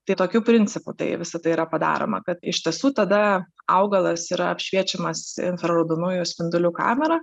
tai tokiu principu tai visa tai yra padaroma kad iš tiesų tada augalas yra apšviečiamas infraraudonųjų spindulių kamera